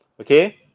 okay